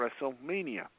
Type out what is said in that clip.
WrestleMania